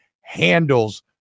handles